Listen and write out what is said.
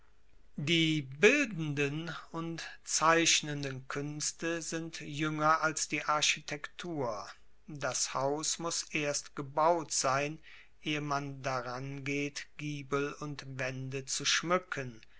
die bildenden und zeichnenden kuenste sind juenger als die architektur das haus muss erst gebaut sein ehe man daran geht giebel und waende zu schmuecken